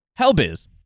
Hellbiz